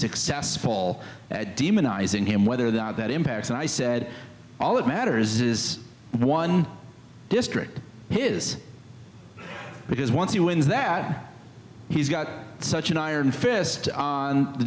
successful at demonizing him whether that impacts and i said all that matters is one district is because once he wins that he's got such an iron fist on the